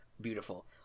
beautiful